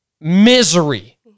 misery